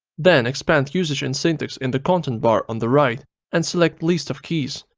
then expand usage and syntax in the content bar on the right and select list of keys.